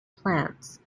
plants